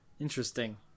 interesting